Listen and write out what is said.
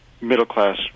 middle-class